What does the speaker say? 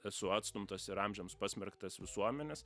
esu atstumtas ir amžiams pasmerktas visuomenės